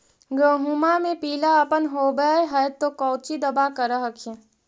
गोहुमा मे पिला अपन होबै ह तो कौची दबा कर हखिन?